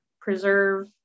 preserve